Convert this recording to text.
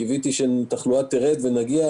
קיוויתי שהתחלואה תרד ונגיע,